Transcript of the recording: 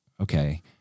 okay